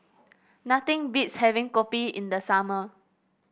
nothing beats having kopi in the summer